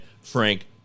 Frank